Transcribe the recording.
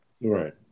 right